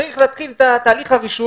צריך להתחיל את תהליך הרישוי